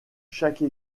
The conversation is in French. chaque